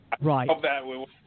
Right